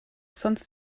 sonst